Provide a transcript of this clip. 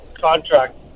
contract